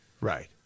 Right